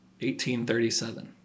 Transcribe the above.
1837